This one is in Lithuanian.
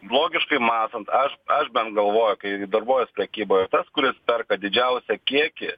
logiškai mąstant aš aš bent galvoju kai darbuojuos prekyboje tas kuris perka didžiausią kiekį